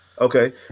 Okay